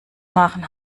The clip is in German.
machen